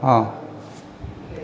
অঁ